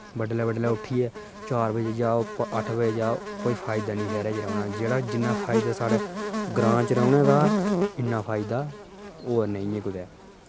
बडलै बडलै उठियै चार बजे जाओ अट्ठ बजे जाओ कोई फायदा निं शैह्रा च रौह्ना जेह्ड़ा जिन्ना फायदा साढ़े ग्रां च रौंह्ने दा ऐ इन्ना फायदा होर नेईं कुतै